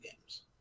games